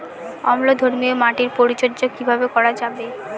অম্লধর্মীয় মাটির পরিচর্যা কিভাবে করা যাবে?